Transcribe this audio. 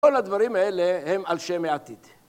‫כל הדברים האלה הם על שם העתיד.